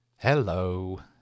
Hello